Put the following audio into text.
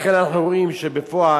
לכן אנחנו רואים שבפועל,